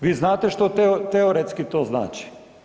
Vi znate što teoretski to znači?